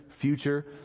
future